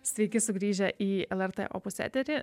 sveiki sugrįžę į lrt opus eterį